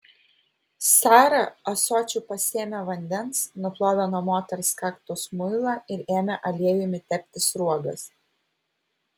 sara ąsočiu pasėmė vandens nuplovė nuo moters kaktos muilą ir ėmė aliejumi tepti sruogas